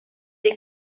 des